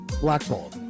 blackball